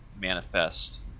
manifest